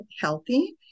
healthy